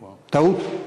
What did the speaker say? טעות?